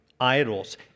idols